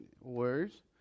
words